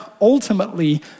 ultimately